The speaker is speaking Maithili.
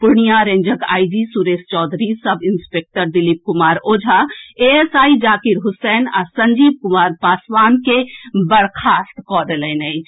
पूर्णियां रेंजक IG Suresh Chaudhary sub inspector Dilip Kumar Ojha ASI Zakir Hussain आ संजीव कुमार पासवान के बर्खास्त कऽ देलनि अछि